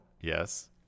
Yes